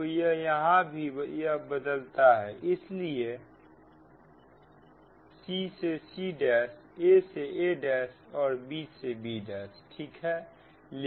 तो यहां भी यह बदलता है इसलिए c से c' a से a' और b से b' ठीक है